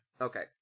Okay